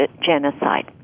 genocide